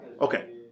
Okay